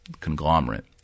conglomerate